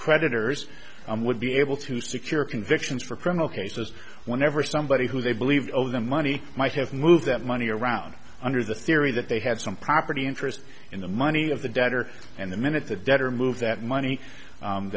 creditors would be able to secure convictions for criminal cases whenever somebody who they believe the money might have moved that money around under the theory that they had some property interest in the money of the debtor and the minute the debtor move that money